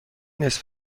نصف